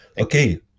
Okay